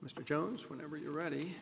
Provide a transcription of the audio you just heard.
mr jones whenever you're ready